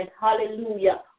Hallelujah